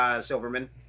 Silverman